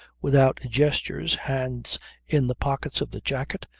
without gestures, hands in the pockets of the jacket,